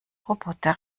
roboter